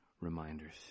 reminders